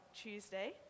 Tuesday